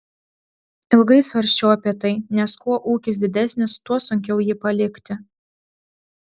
ilgai svarsčiau apie tai nes kuo ūkis didesnis tuo sunkiau jį palikti